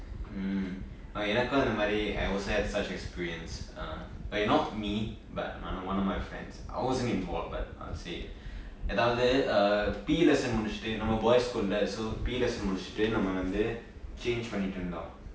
mm நா எனக்கும் அந்த மாதிரி:naa ennakum antha maathiri I also had such experience uh like not me but one one of my friends I wasn't involved I would say எதாவது:ethaavathu P_E lesson முடிச்சுட்டு நம்ம:mudichuttu namma boys school so P_E lesson முடிச்சுட்டு நம்ம வந்து:mudichuttu namma vanthu change பன்னிட்டு இருந்தோம்:pannittu irunthom